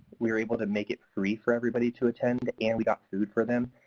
we were able to make it free for everybody to attend and we got food for them.